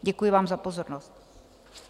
Děkuji vám za pozornost.